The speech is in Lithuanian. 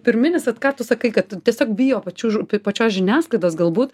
pirminis vat ką tu sakai kad tu tiesiog bijo pačių pačios žiniasklaidos galbūt